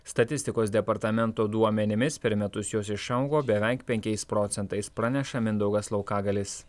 statistikos departamento duomenimis per metus jos išaugo beveik penkiais procentais praneša mindaugas laukagalis